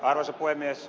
arvoisa puhemies